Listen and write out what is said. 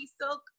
silk